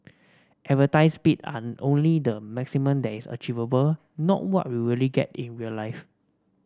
advertised speed are only the maximum that is achievable not what you really get in real life